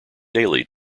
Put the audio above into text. daily